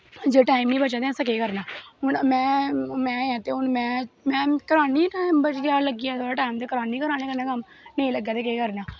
जे time निं बचै ते असें केह् करना हून में ऐं ते में करानी टैम बची जा ते में करानी घरे आह्लै कन्नै कम्म नेईं लग्गै ते केह् करना